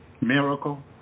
miracle